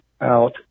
out